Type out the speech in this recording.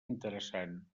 interessant